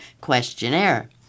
questionnaire